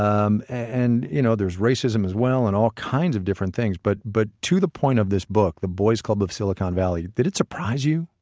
um and you know, there's racism as well and all kinds of different things but but to the point of this book, the boys' club of silicon valley, did it surprise you?